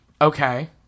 Okay